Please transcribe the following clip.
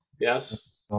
yes